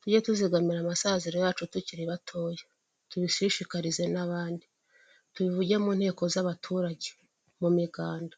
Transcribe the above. Tujye tuzigamira amasaziro yacu tukiri batoya, tubishishikarize n'abandi, tubivuge mu nteko z'abaturage mu miganda,